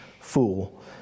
fool